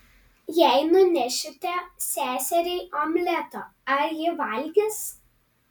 jei nunešite seseriai omleto ar ji valgys